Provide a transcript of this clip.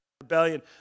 rebellion